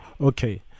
Okay